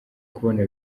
kubona